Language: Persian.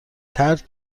ترک